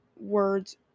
words